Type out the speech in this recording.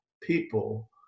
people